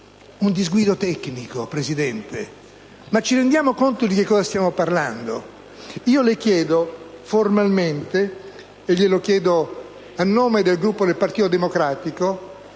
Un disguido tecnico, signor Presidente? Ma ci rendiamo conto di ciò di cui stiamo parlando? Io le chiedo formalmente, e lo faccio a nome del Gruppo del Partito Democratico,